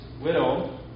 widow